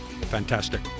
Fantastic